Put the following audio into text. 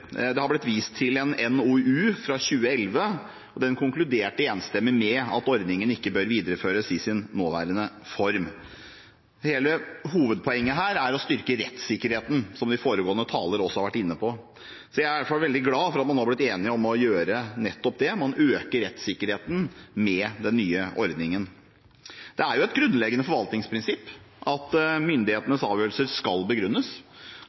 Det har blitt vist til en NOU fra 2011, og der konkluderte man enstemmig med at ordningen ikke bør videreføres i sin nåværende form. Hele hovedpoenget er å styrke rettssikkerheten, som de foregående talerne også har vært inne på. Så jeg er veldig glad for at man er blitt enig om å gjøre nettopp det; man øker rettssikkerheten med den nye ordningen. Det er et grunnleggende forvaltningsprinsipp at myndighetenes avgjørelser skal begrunnes.